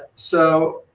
so,